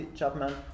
Chapman